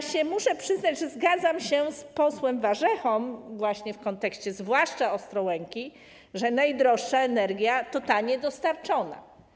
Muszę się przyznać, że zgadzam się z posłem Warzechą właśnie w kontekście zwłaszcza Ostrołęki, że najdroższa energia to ta niedostarczona.